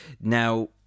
Now